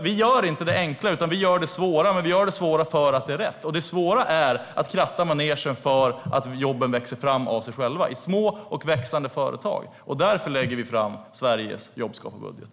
Vi gör inte det enkla, utan vi gör det svåra. Vi gör det svåra för att det är rätt. Det svåra är att kratta manegen så att jobben växer fram av sig själva i små och växande företag. Därför lägger vi fram Sveriges jobbskaparbudget.